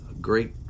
great